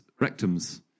rectums